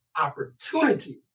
opportunity